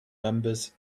members